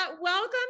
Welcome